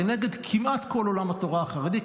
כנגד כמעט כל עולם התורה החרדי,